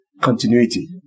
continuity